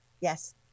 yes